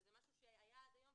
שזה משהו שהיה קיים עד היום,